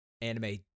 anime